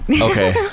Okay